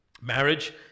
marriage